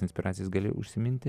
inspiracijas gali užsiminti